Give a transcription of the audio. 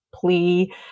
plea